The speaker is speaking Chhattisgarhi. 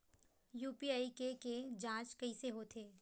यू.पी.आई के के जांच कइसे होथे?